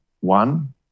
one